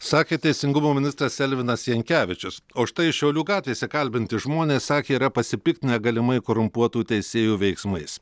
sakė teisingumo ministras elvinas jankevičius o štai šiaulių gatvėse kalbinti žmonės sakė yra pasipiktinę galimai korumpuotų teisėjų veiksmais